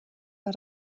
war